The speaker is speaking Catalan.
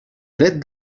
dret